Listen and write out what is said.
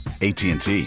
ATT